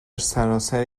سراسر